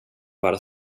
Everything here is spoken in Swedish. bara